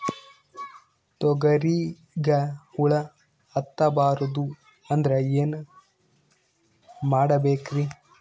ತೊಗರಿಗ ಹುಳ ಹತ್ತಬಾರದು ಅಂದ್ರ ಏನ್ ಮಾಡಬೇಕ್ರಿ?